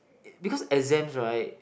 because exams [right]